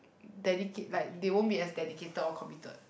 dedicate like they won't be as dedicated or committed